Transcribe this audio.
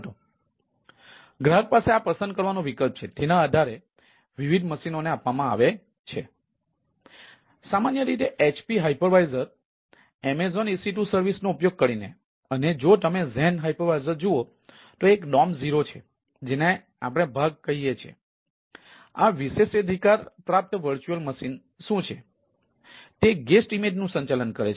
તેથી ગ્રાહક પાસે આ પસંદ કરવાનો વિકલ્પ છે અને તેના આધારે વિવિધ મશીનોને આપવામાં આવે છે